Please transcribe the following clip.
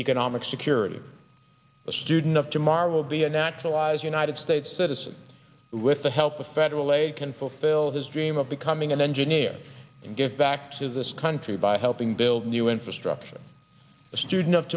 economic security of a student of tomorrow will be a naturalized united states citizen with the help of federal aid can fulfill his dream of becoming an engineer and give back to this country by helping build new infrastructure a student